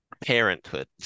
Parenthood